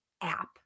app